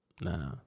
Nah